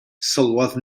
sylwodd